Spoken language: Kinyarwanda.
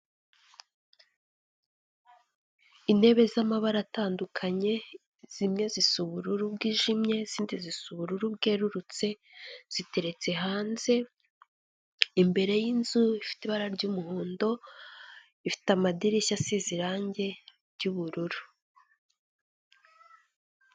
Intebe z'amabara atandukanye zimwe zisa ubururu bwijimye izindi zisa ubururu bwerurutse ziteretse hanze imbere yinzu ifite ibara ry'umuhondo ifite amadirishya asize irangi ry'ubururu.